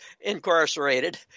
incarcerated